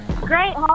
Great